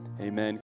amen